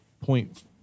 point